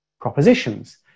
propositions